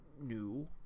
new